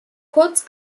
kurz